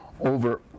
over